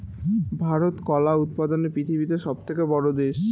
ভারত কলা উৎপাদনে পৃথিবীতে সবথেকে বড়ো দেশ